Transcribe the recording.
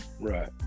Right